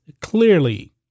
clearly